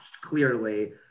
clearly